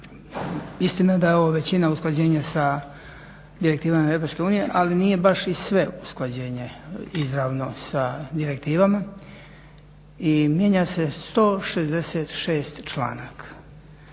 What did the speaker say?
istina je da je ovo većina usklađenja sa Direktivama EU ali nije baš i sve usklađenje izravno sa Direktivama i mijenja se 166 članaka